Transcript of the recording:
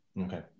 Okay